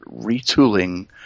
retooling